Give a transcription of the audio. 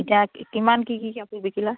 এতিয়া কিমান কি কি কাপোৰ বিকিলা